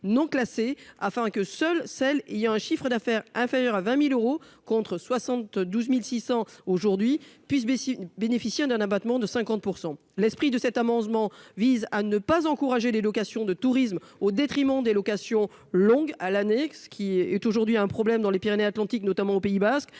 non classés afin que seules celles il y a un chiffre d'affaires inférieur à 20000 euros contre 72600 aujourd'hui puisse baisser bénéficiant d'un abattement de 50 % l'esprit de cet amendement vise à ne pas encourager les locations de tourisme au détriment des locations longue à l'annexe qui est aujourd'hui un problème dans les Pyrénées Atlantiques, notamment au Pays basque,